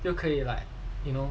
又可以 like you know